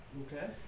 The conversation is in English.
Okay